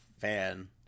fan